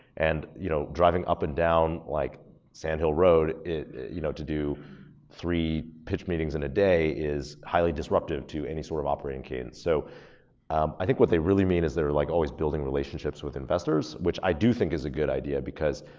and you know, driving up and down, like sand hill road, you know to do three pitch meetings in a day is highly disruptive to any sort of operating cadence. so i think what they really mean is they're like always building relationships with investors which i do think is a good idea because